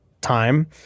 time